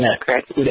correct